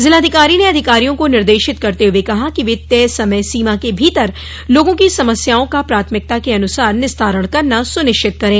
जिलाधिकारी ने अधिकारियों को निर्देशित करते हुए कहा कि वे तय समय सीमा के भीतर लोगों की समस्याओं का प्राथमिकता के अनुसार निस्तारण करना सुनिश्चित करें